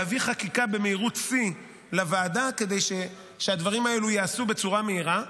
להביא חקיקה במהירות שיא לוועדה כדי שהדברים האלו ייעשו בצורה מהירה.